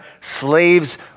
slave's